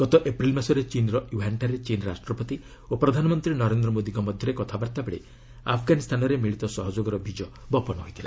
ଗତ ଏପ୍ରିଲ୍ ମାସରେ ଚୀନ୍ର ୟୁହାନ୍ ଠାରେ ଚୀନ୍ ରାଷ୍ଟ୍ରପତି ଓ ପ୍ରଧାନମନ୍ତ୍ରୀ ନରେନ୍ଦ୍ର ମୋଦିଙ୍କ ମଧ୍ୟରେ କଥାବାର୍ତ୍ତାବେଳେ ଆଫଗାନିସ୍ତାନରେ ମିଳିତ ସହଯୋଗର ବୀଜ ବପନ ହୋଇଥିଲା